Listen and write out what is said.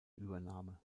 übernahme